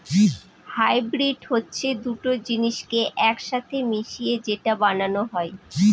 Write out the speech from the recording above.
hybrid হচ্ছে দুটো জিনিসকে এক সাথে মিশিয়ে যেটা বানানো হয়